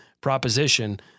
proposition